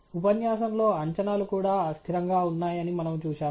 ఉపన్యాసంలో అంచనాలు కూడా అస్థిరంగా ఉన్నాయని మనము చూశాము